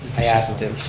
i asked to.